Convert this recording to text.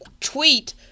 tweet